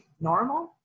normal